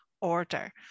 order